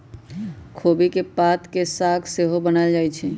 खोबि के पात के साग सेहो बनायल जाइ छइ